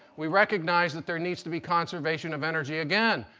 we recognize that there needs to be conservation of energy again.